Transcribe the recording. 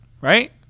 Right